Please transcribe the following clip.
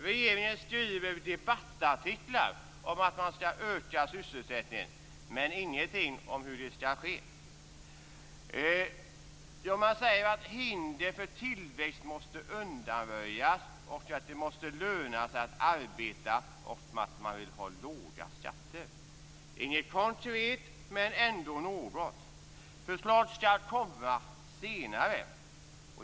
Regeringen skriver debattartiklar om att man skall öka sysselsättningen men ingenting om hur det skall ske. Man säger att hinder för tillväxt måste undanröjas, att det måste löna sig att arbeta och att man vill ha låga skatter. Det är inget konkret, men ändå något. Förslag skall komma senare.